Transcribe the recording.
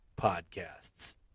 podcasts